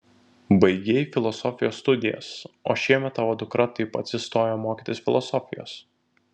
baigei filosofijos studijas o šiemet tavo dukra taip pat įstojo mokytis filosofijos